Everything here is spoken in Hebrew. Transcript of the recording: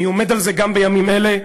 אני עומד על זה גם בימים אלה,